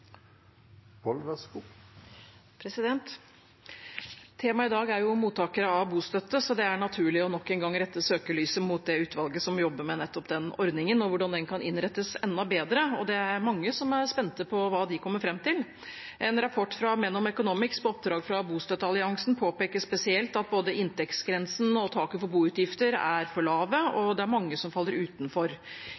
er viktig, så den intensjonen deler vi fullt ut. Temaet i dag er mottakere av bostøtte, så det er naturlig nok en gang å rette søkelyset mot det utvalget som jobber med nettopp den ordningen, og hvordan den kan innrettes enda bedre. Det er mange som er spent på hva de kommer fram til. En rapport fra Menon Economics på oppdrag fra Bostøttealliansen påpeker spesielt at både inntektsgrensen og taket for boutgifter er for lave, og